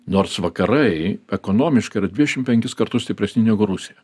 nors vakarai ekonomiškai yra dvidešimt penkis kartus stipresni negu rusija